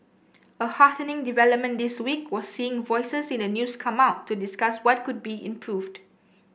a heartening development this week was seeing voices in the news come out to discuss what could be improved